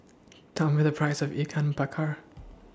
Tell Me The Price of Ikan Bakar